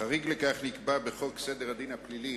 חריג לכך נקבע בחוק סדר הדין הפלילי